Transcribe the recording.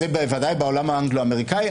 זה בוודאי בעולם האנגלו-אמריקני.